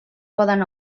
poden